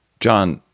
john,